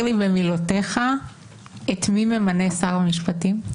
לי במילותיך את מי ממנה שר המשפטים?